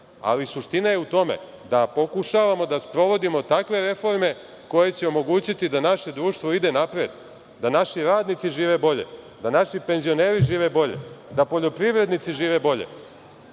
Ali, suština je u tome da pokušavamo da sprovodimo takve reforme koje će omogućiti da naše društvo ide napred, da naši radnici žive bolje, da naši penzioneri žive bolje, da poljoprivrednici žive bolje,